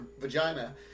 vagina